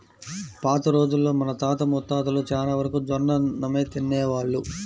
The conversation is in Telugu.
పాత రోజుల్లో మన తాత ముత్తాతలు చానా వరకు జొన్నన్నమే తినేవాళ్ళు